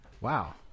Wow